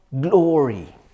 glory